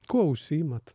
kuo užsiimat